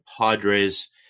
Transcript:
Padres